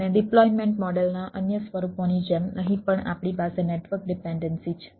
અને ડિપ્લોયમેન્ટ મોડેલના અન્ય સ્વરૂપોની જેમ અહીં પણ આપણી પાસે નેટવર્ક ડિપેન્ડન્સી છે